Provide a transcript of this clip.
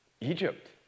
Egypt